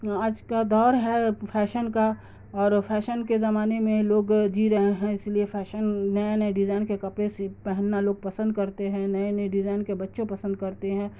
آج کا دور ہے فیشن کا اور فیشن کے زمانے میں لوگ جی رہے ہیں اس لیے فیشن نئے نئے ڈیزائن کے کپڑے سی پہننا لوگ پسند کرتے ہیں نئے نئے ڈیزائن کے بچوں پسند کرتے ہیں